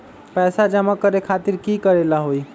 पैसा जमा करे खातीर की करेला होई?